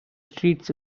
streets